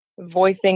voicing